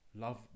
love